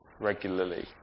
regularly